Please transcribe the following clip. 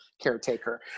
caretaker